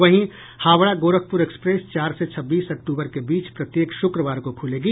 वहीं हावड़ा गोरखपुर एक्सप्रेस चार से छब्बीस अक्टूबर के बीच प्रत्येक शुक्रवार को खूलेगी